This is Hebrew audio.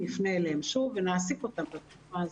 נפנה אליהם שוב ונעסיק אותם בצורה הזאת.